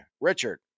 Richard